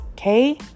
okay